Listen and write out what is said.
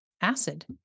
acid